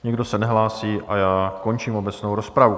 Nikdo se nehlásí a já končím obecnou rozpravu.